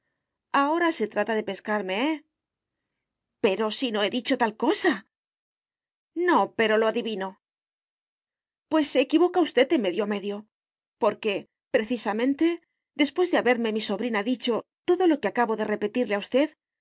ahora se trata de pescarme eh pero si no he dicho tal cosa no pero lo adivino pues se equivoca usted de medio a medio porque precisamente después de haberme mi sobrina dicho todo lo que acabo de repetirle a usted